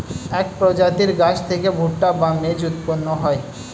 এক প্রজাতির গাছ থেকে ভুট্টা বা মেজ উৎপন্ন হয়